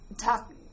Talk